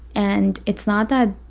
and it's not that.